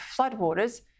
floodwaters